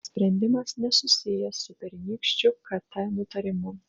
spendimas nesusijęs su pernykščiu kt nutarimu